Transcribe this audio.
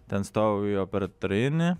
ten stojau jo per treinį